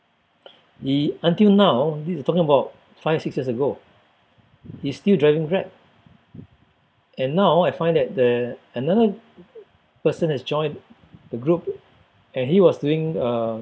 the until now this is talking about five six years ago he's still driving Grab and now I find that the another person has joined the group and he was doing a